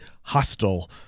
hostile